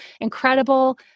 incredible